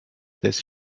this